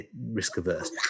risk-averse